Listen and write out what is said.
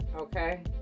Okay